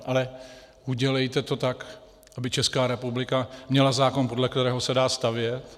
Ale udělejte to tak, aby Česká republika měla zákon, podle kterého se dá stavět.